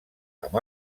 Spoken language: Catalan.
amb